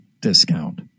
discount